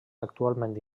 actualment